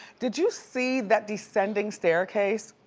did you see that descending staircase?